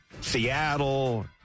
Seattle